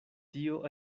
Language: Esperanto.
tio